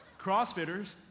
CrossFitters